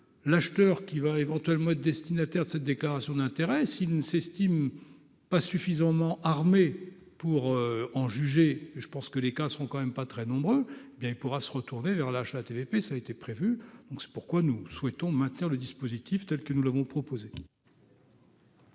l'acheteur, qui va éventuellement être destinataire de cette déclaration d'intérêt s'il ne s'estiment pas suffisamment armés pour en juger, je pense que les cas seront quand même pas très nombreux, bien il pourra se retourner vers la HATVP ça été prévu donc, c'est pourquoi nous souhaitons maintenir le dispositif telle que nous l'avons proposé.